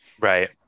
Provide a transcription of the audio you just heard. right